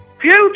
Future